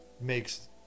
makes